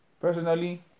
Personally